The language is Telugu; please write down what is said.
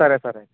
సరే సరే